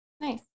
nice